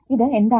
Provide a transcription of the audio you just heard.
ഇത് എന്താണ്